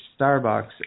Starbucks